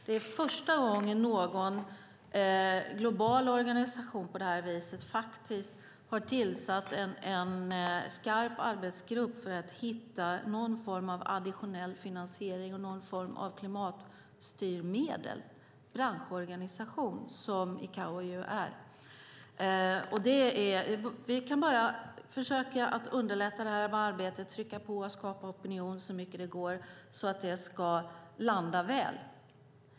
Det är första gången någon global organisation på det här viset har tillsatt en skarp arbetsgrupp för att hitta någon form av additionell finansiering och någon form av klimatstyrmedel. ICAO är en branschorganisation. Vi kan bara försöka underlätta detta arbete, trycka på och skapa opinion så mycket det går, så att det ska landa väl.